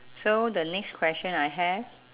so the next question I have